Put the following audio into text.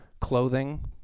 clothing